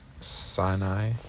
Sinai